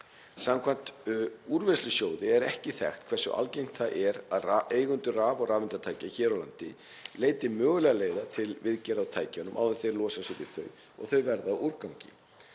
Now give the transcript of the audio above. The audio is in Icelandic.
Samkvæmt úrvinnslusjóði er ekki þekkt hversu algengt það er að eigendur raf- og rafeindatækja hér á landi leiti mögulegra leiða til viðgerða á tækjunum áður en þeir losa sig við þau og þau verða að úrgangi.